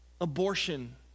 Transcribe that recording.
Abortion